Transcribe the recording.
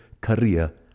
career